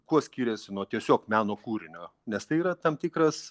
kuo skiriasi nuo tiesiog meno kūrinio nes tai yra tam tikras